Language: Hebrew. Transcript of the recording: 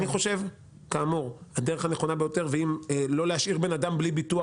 אני חושב שהדרך הנכונה ביותר לא להשאיר בן אדם בלי ביטוח